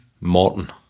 Morton